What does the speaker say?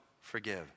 forgive